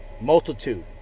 multitude